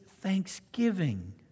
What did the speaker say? thanksgiving